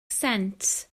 sent